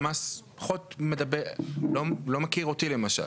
הלמ"ס לא מכיר אותי למשל.